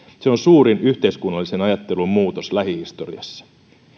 se on suurin yhteiskunnallisen ajattelun muutos lähihistoriassa